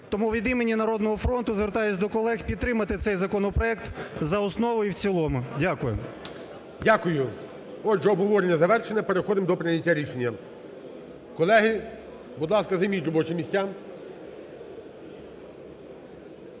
Тому від імені "Народного фронту" звертаюся до колег, підтримати цей законопроект за основу і в цілому. Дякую. ГОЛОВУЮЧИЙ. Дякую. Отже, обговорення завершене, переходимо до прийняття рішення. Колеги, будь ласка, займіть робочі місця.